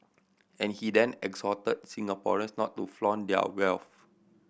and he then exhorted Singaporeans not to flaunt their wealth